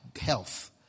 health